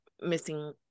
missing